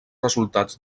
resultats